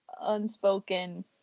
unspoken